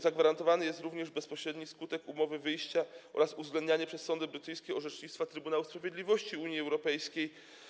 Zagwarantowany jest również bezpośredni skutek umowy wyjścia oraz uwzględnianie przez sądy brytyjskie orzecznictwa Trybunału Sprawiedliwości Unii Europejskiej.